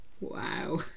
wow